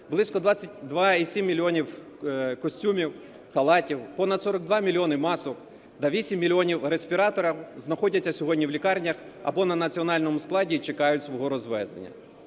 близько 22,7 мільйона костюмів, халатів, понад 42 мільйони масок та 8 мільйонів респіраторів знаходяться сьогодні в лікарнях або на національному складі чекають свого розвезення.